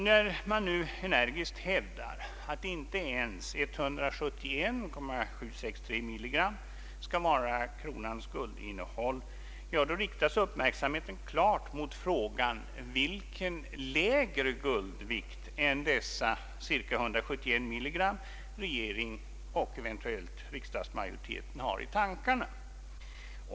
När man nu energiskt hävdar att inte ens 171,763 milligram skall vara kronans guldinnehåll, då riktas uppmärksamheten klart mot frågan vilken lägre guldvikt än dessa cirka 171 milligram regeringen och eventuellt riksdagsmajoriteten har i tankarna.